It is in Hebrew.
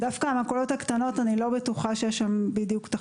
דווקא המכולות הקטנות אאני לא בטוחה שיש שם תחרות,